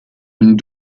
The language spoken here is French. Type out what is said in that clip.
une